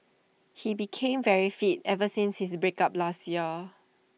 he became very fit ever since his break up last year